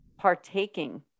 Partaking